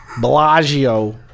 Bellagio